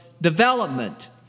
development